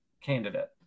candidate